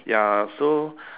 ya so